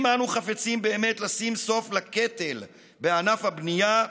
אם אנו חפצים באמת לשים סוף לקטל בענף הבנייה,